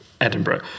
Edinburgh